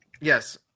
Yes